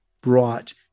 brought